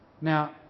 Now